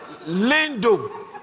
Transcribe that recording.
lindo